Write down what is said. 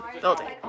building